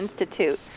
Institute